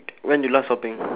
when you last shopping